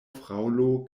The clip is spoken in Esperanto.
fraŭlo